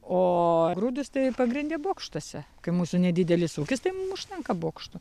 o grūdus tai pagrinde bokštuose kai mūsų nedidelis ūkis tai mum užtenka bokšto